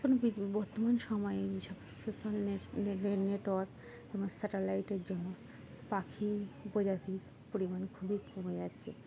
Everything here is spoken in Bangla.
এখন বর্তমান সময়ে এই সোশ্যাল নে নেটওয়ার্ক এবং স্যাটেলাইটের জন্য পাখি উপজাতির পরিমাণ খুবই কমে যাচ্ছে